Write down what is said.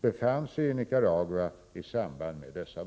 befann sig i Niacaragua i samband med dessa.